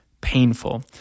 painful